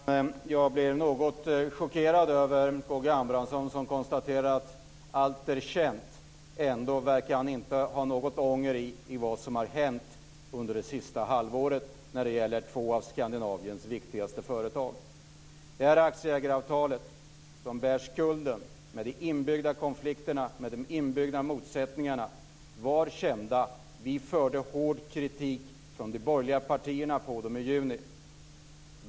Fru talman! Jag blev något chockerad över K G Abramssons konstaterande att allt är känt. Ändå verkar han inte ha någon ånger i fråga om vad som hänt under det senaste halvåret när det gäller två av Skandinaviens viktigaste företag. Det är aktieägaravtalet som bär skulden men de inbyggda konflikterna och de inbyggda motsättningarna var kända. Vi riktade hård kritik från de borgerliga partierna mot dem i juni.